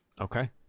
Okay